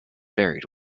buried